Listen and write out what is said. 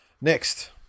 Next